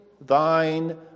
thine